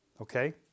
Okay